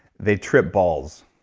they trip balls.